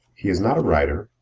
he is not a writer,